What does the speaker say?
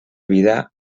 vida